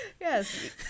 Yes